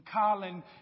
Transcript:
Colin